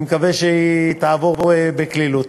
אני מקווה שהיא תעבור בקלילות.